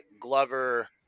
Glover